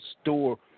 store